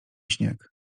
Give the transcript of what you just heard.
śnieg